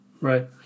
Right